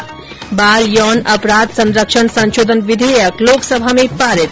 ्वाल यौन अपराध संरक्षण संशोधन विधेयक लोकसभा में पारित